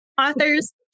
authors